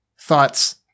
thoughts